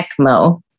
ECMO